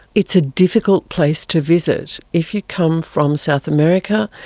it's a difficult place to visit. if you come from south america,